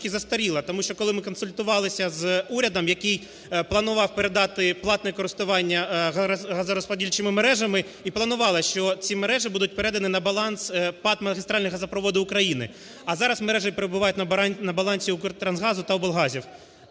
Тому що, коли ми консультувалися з урядом, який планував передати платне користування газорозподільчими мережами і планувалося, що ці мережі будуть передані на баланс ПАТ "Магістральні газопроводи України". А зараз мережі перебувають на балансі Укртрансгазу та облгазів.